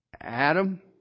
Adam